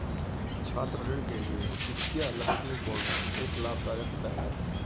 छात्र ऋण के लिए विद्या लक्ष्मी पोर्टल एक लाभदायक पहल है